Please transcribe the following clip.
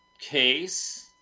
case